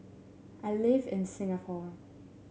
I live in Singapore